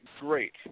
great